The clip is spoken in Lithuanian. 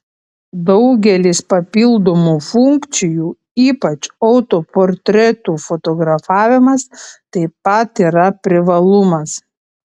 daugelis papildomų funkcijų ypač autoportretų fotografavimas taip pat yra privalumas